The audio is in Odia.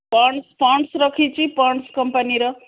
ପଣ୍ଡ୍ସ ପଣ୍ଡ୍ସ ରଖିଛି ପଣ୍ଡ୍ସ କମ୍ପାନୀର